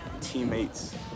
teammates